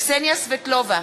קסניה סבטלובה,